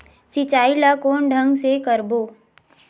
सिंचाई ल कोन ढंग से करबो?